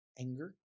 Anger